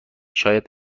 شاید